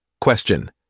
Question